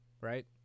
right